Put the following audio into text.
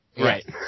Right